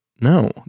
no